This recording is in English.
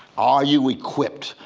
are you equipped?